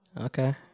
Okay